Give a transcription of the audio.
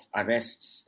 arrests